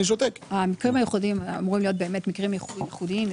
המקרים הייחודיים אמורים להיות באמת מקרים ייחודיים,